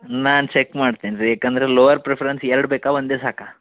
ನಾನು ಚೆಕ್ ಮಾಡ್ತೀನಿ ರೀ ಯಾಕಂದರೆ ಲೋವರ್ ಪ್ರಿಫರೆನ್ಸ್ ಎರಡು ಬೇಕಾ ಒಂದೇ ಸಾಕಾ